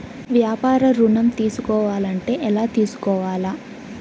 వ్యాపార ఋణం తీసుకోవాలంటే ఎలా తీసుకోవాలా?